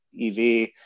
EV